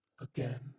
Again